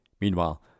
Meanwhile